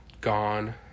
gone